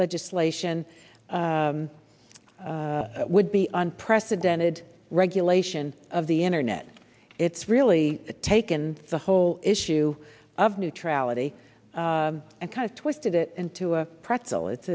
legislation would be unprecedented regulation of the internet it's really taken the whole issue of neutrality and kind of twisted it into a pretzel it's